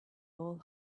all